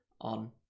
on